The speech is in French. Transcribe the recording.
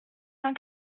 cent